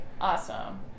Awesome